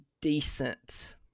decent